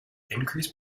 increase